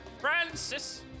Francis